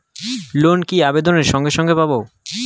Loan কি আবেদনের সঙ্গে সঙ্গে পাব?